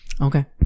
Okay